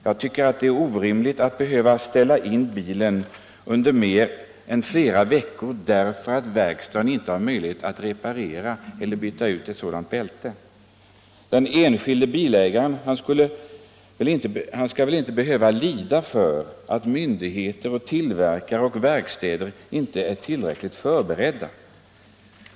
Jag tycker att det är orimligt att behöva ställa in bilen under kanske flera veckor därför att verkstaden inte har möjlighet att reparera eller byta ut ett bilbälte. Den enskilde bilägaren skall väl inte behöva lida för att myndigheter, tillverkare och verkstäder inte är tillräckligt förberedda.